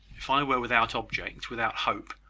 if i were without object, without hope,